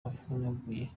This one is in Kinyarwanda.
avunaguye